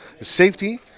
Safety